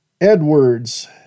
Edwards